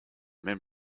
même